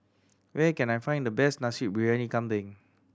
where can I find the best Nasi Briyani Kambing